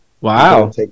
Wow